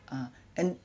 uh and